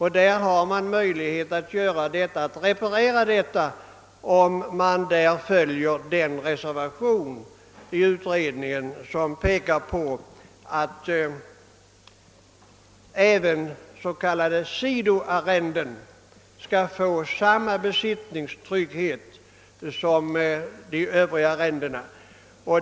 Här kan man alltså avhjälpa bristen genom att följa den reservation i utredningen som går ut på att s.k. sidoarrenden skall få samma besittningstrygghet som de Övriga arrendena.